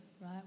right